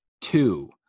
two